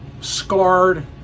scarred